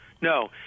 No